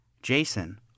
Jason